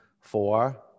four